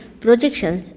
projections